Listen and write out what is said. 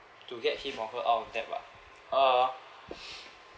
to get him or her out of debt ah uh